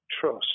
trust